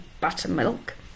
buttermilk